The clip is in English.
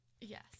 Yes